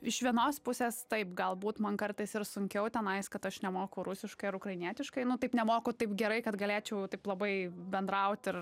iš vienos pusės taip galbūt man kartais ir sunkiau tenais kad aš nemoku rusiškai ar ukrainietiškai nu taip nemoku taip gerai kad galėčiau taip labai bendraut ir